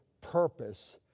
purpose